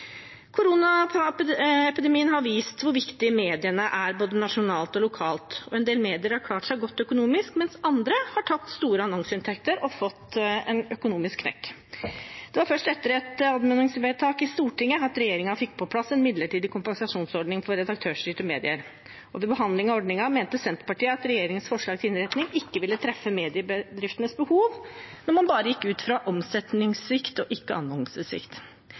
har vist hvor viktig mediene er både nasjonalt og lokalt. En del medier har klart seg godt økonomisk, mens andre har tapt store annonseinntekter og fått en økonomisk knekk. Det var først etter et anmodningsvedtak i Stortinget at regjeringen fikk på plass en midlertidig kompensasjonsordning for redaktørstyrte medier. Ved behandlingen av ordningen mente Senterpartiet at regjeringens forslag til innretning ikke ville treffe mediebedriftenes behov når man bare gikk ut fra omsetningssvikt og ikke